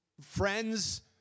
friends